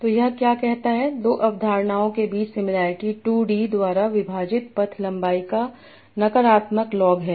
तो यह क्या कहता है दो अवधारणाओं के बीच सिमिलॅरिटी 2 d द्वारा विभाजित पथ लंबाई का नकारात्मक लॉग है